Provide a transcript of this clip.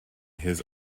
his